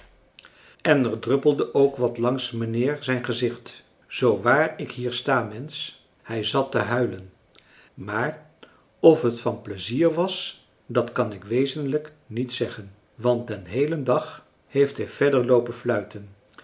en er druppelde ook wat langs mijnheer zijn gezicht zoo waar ik hier sta mensch hij zat te huilen maar of het van pleizier was dat kan ik wezenlijk niet zeggen want den heelen dag heeft hij verder loopen fluiten